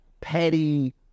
petty